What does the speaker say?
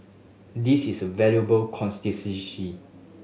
this is a valuable constituency